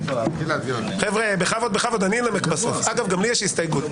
אגב, גם לי יש הסתייגות.